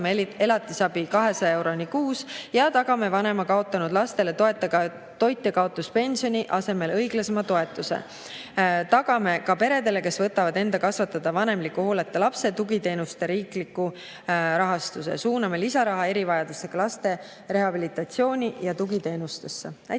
elatisabi 200 euroni kuus ja tagame vanema kaotanud lastele toitjakaotuspensioni asemel õiglasema toetuse. Tagame ka peredele, kes võtavad enda kasvatada vanemliku hooleta lapse, tugiteenuste riikliku rahastuse. Suuname lisaraha erivajadustega laste rehabilitatsiooni ja tugiteenustesse. Aitäh!